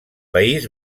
país